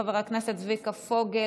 חבר הכנסת צביקה פוגל,